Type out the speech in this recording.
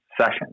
session